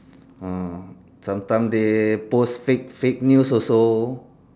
mm sometime they post fake fake news also